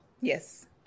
Yes